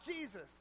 Jesus